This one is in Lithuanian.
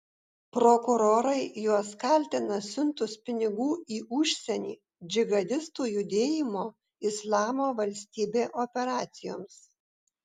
prokurorai juos kaltina siuntus pinigų į užsienį džihadistų judėjimo islamo valstybė operacijoms